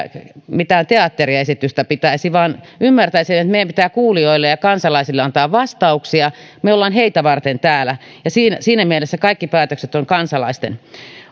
mitään teatteriesitystä pitäisi vaan ymmärtäisimme että meidän pitää kuulijoille ja kansalaisille antaa vastauksia me olemme heitä varten täällä ja siinä siinä mielessä kaikki päätökset ovat kansalaisten